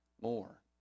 more